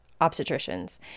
obstetricians